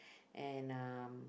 and um